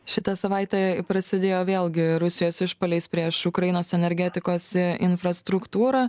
šita savaitė prasidėjo vėlgi rusijos išpuoliais prieš ukrainos energetikos infrastruktūrą